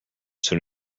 soon